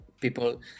people